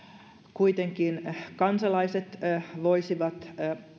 kuitenkin kansalaiset voisivat